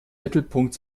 mittelpunkt